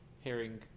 hearing